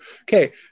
okay